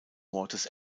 wortes